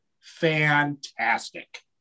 Fantastic